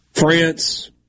France